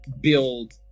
build